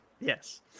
Yes